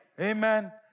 Amen